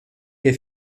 que